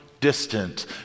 distant